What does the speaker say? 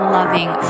loving